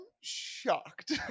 shocked